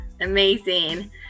Amazing